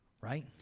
Right